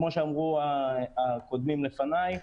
כמו שאמרו הקודמים לפניי.